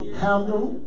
handle